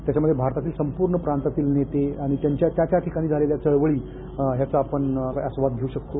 त्याच्यामध्ये भारतातील संपूर्ण प्रांतातील नेते आणि त्यांच्या त्या त्या ठिकाणी झालेल्या चळवळी ह्याचा आपण आस्वाद घेऊ शकतो